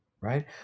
right